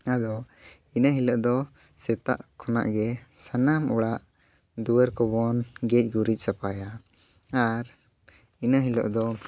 ᱟᱫᱚ ᱤᱱᱟᱹ ᱦᱤᱞᱳᱜ ᱫᱚ ᱥᱮᱛᱟᱜ ᱠᱷᱚᱱᱟᱜ ᱜᱮ ᱥᱟᱱᱟᱢ ᱚᱲᱟᱜ ᱫᱩᱣᱟᱹᱨ ᱠᱚᱵᱚᱱ ᱜᱮᱡ ᱜᱩᱨᱤᱡ ᱥᱟᱯᱷᱟᱭᱟ ᱟᱨ ᱤᱱᱟᱹ ᱦᱤᱞᱳᱜ ᱫᱚ